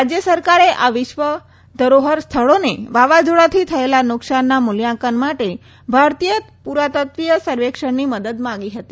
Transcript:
રાજ્ય સરકારે આ વિશ્વ ધરોહર સ્થળોને વાવાઝોડાથી થયેલા નુકસાનના મૂલ્યાંકન માટે ભારતીય પુરાતત્વીય સર્વેક્ષણની મદદ માંગી હતી